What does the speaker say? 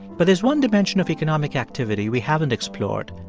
but there's one dimension of economic activity we haven't explored,